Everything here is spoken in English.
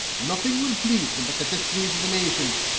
nothing will please them but the destinies of the nation.